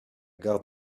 gare